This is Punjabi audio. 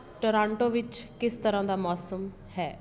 ਟੋਰਾਂਟੋ ਵਿੱਚ ਕਿਸ ਤਰ੍ਹਾਂ ਦਾ ਮੌਸਮ ਹੈ